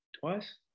twice